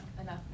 enough